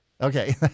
Okay